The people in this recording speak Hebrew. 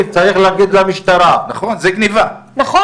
נדבר איתך,